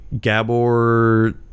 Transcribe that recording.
gabor